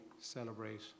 celebrate